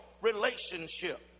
relationship